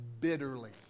bitterly